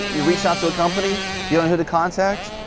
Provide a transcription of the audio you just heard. you reach out to a company, you know who to contact?